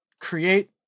create